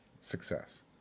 success